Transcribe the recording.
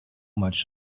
much